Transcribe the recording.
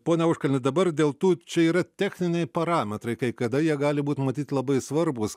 pone auškalni dabar dėl tų čia yra techniniai parametrai kai kada jie gali būt matyt labai svarbūs